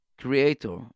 creator